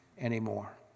anymore